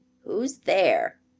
who's there?